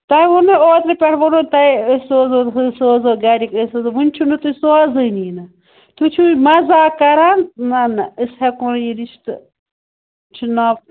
تۄہہِ ووٚنوُ اوترٕ پٮ۪ٹھ ووٚنوُ تۄہہِ أسۍ سوزَو ہُہ سوزَو گَرِکۍ أسۍ سوزو وٕنۍ چھُو نہٕ تُہۍ سوزٲنی نہٕ تُہۍ چھُو یہِ مزاق کران نہ نہ أسۍ ہٮ۪کَو نہٕ یہِ رِشتہٕ چھِ نا